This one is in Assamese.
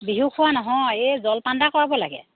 বিহু খোৱা নহয় এই জলপান এটা কৰাব লাগে